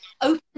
open